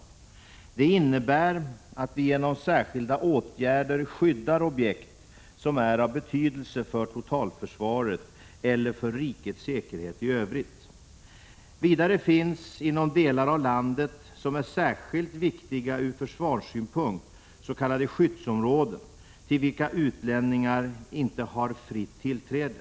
1986/87:42' innebär att vi genom särskilda åtgärder skyddar objekt som är av betydelse 4 december 1986 för totalförsvaret eller för rikets säkerhet i övrigt. Vidare finns inom delar av landet som är särskilt viktiga ur försvarssyn EA SVÄRA punkt s.k. skyddsområden, till vilka utlänningar inte har fritt tillträde.